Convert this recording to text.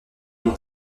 mon